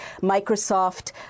Microsoft